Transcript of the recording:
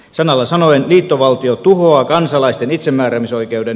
sanalla sanoen liittovaltio tuhoaa kansalaisten itsemääräämisoikeuden